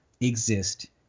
exist